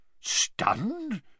Stunned